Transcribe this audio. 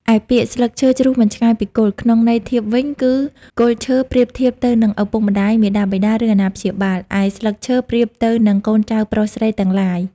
ឯពាក្យ ស្លឹកឈើជ្រុះមិនឆ្ងាយពីគល់ ក្នុងន័យធៀបវិញ គឺគល់ឈើប្រៀបធៀបទៅនិងឱពុកម្ដាយ មាតាបិតា ឬអាណាព្យាបាល ឯស្លឹកឈើធៀបទៅនិងកូនចៅប្រុសស្រីទាំងឡាយ។